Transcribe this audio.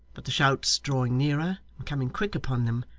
but the shouts drawing nearer and coming quick upon them,